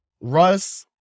Russ